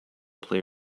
play